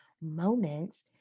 moments